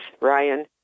Ryan